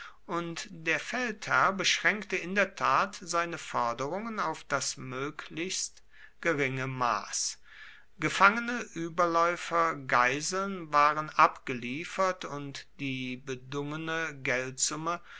und der feldherr beschränkte in der tat seine forderungen auf das möglichst geringe maß gefangene überläufer geiseln waren abgeliefert und die bedungene geldsumme